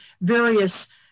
various